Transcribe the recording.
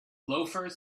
loafers